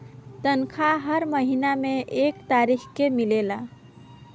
तनखाह हर महीना में एक तारीख के मिलेला